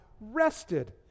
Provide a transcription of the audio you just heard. rested